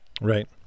Right